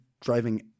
driving